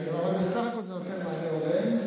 בסך הכול זה נותן מענה הולם.